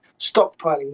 stockpiling